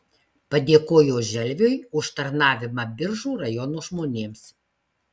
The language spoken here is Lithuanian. padėkojo želviui už tarnavimą biržų rajono žmonėms